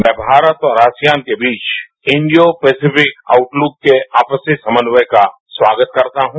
मैं भारत और आसियान के बीच इंडियो पैसिफिक आउटलुक के आपसी समन्वय का स्वागत करता हूं